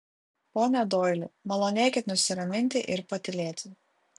pone doili malonėkit nusiraminti ir patylėti